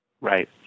Right